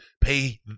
pay